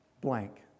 blank